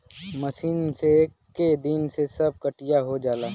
machine से एक्के दिन में सब कटिया हो जाला